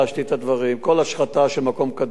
כל השחתה של מקום קדוש באשר הוא,